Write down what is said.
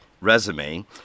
resume